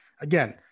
Again